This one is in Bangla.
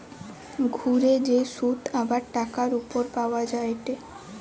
ঘুরে যে শুধ আবার টাকার উপর পাওয়া যায়টে